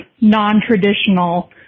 non-traditional